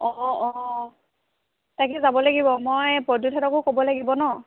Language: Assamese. অঁ অঁ তাকে যাব লাগিব মই প্ৰদ্যুৎহঁতকো ক'ব লাগিব ন